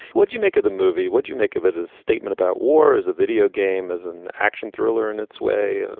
what do you make of the movie? what do you make of it as a statement about war, as a video game, as an action thriller in its way? and